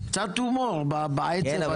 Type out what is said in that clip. קצת הומור בעצב הזה.